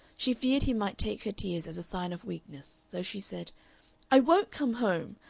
she feared he might take her tears as a sign of weakness. so she said i won't come home.